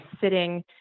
sitting